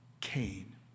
Cain